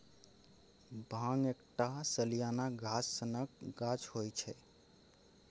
भांग एकटा सलियाना घास सनक गाछ होइ छै